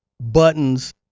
buttons